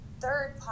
third